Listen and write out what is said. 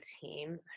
team